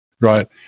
Right